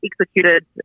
executed